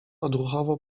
odruchowo